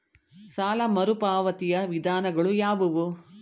ಸಾಲ ಮರುಪಾವತಿಯ ವಿಧಾನಗಳು ಯಾವುವು?